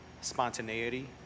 spontaneity